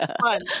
fun